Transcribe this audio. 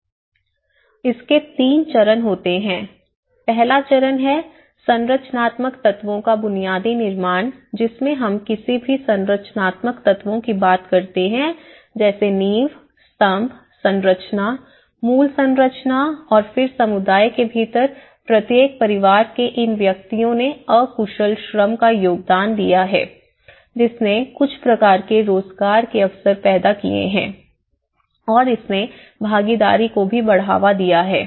इसके 3 चरण होते हैं पहला चरण है संरचनात्मक तत्वों का बुनियादी निर्माण जिसमें हम किसी भी संरचनात्मक तत्वों की बात करते हैं जैसे नींव स्तंभ संरचना मूल संरचना और फिर समुदाय के भीतर प्रत्येक परिवार के इन व्यक्तियों ने अकुशल श्रम का योगदान दिया है जिसने कुछ प्रकार के रोजगार के अवसर पैदा किए हैं और इसने भागीदारी को भी बढ़ावा दिया है